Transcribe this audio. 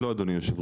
לא, אדוני היושב.